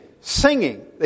singing